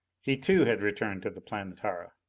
he too had returned to the planetara!